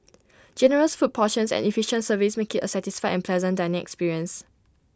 generous food portions and efficient service make IT A satisfied and pleasant dining experience